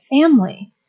family